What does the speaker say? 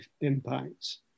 impacts